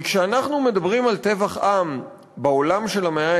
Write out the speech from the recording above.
כי כשאנחנו מדברים על טבח עם בעולם של המאה